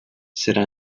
serà